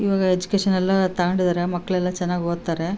ಇವಾಗ ಎಜುಕೇಶನ್ ಎಲ್ಲ ತಗೊಂಡಿದ್ದಾರೆ ಮಕ್ಳು ಎಲ್ಲ ಚೆನ್ನಾಗ್ ಓದ್ತಾರೆ